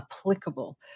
applicable